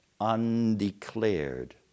undeclared